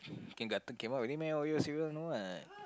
came out already meh oreo cereal no what